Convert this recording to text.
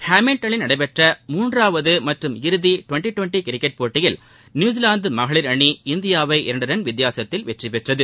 ஹாமில்டனில் நடைபெற்ற மூன்றாவது மற்றும் இறுதி டுவெள்டி டுவெள்டி கிரிக்கெட் போட்டியில் நியூசிலாந்து மகளிர் அணி இந்தியாவை இரண்டு ரன் வித்தியாசத்தில் வென்றது